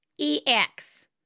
EX